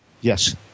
Yes